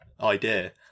idea